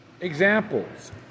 examples